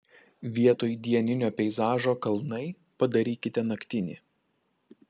vietoj dieninio peizažo kalnai padarykite naktinį